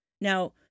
Now